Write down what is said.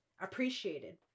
appreciated